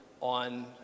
on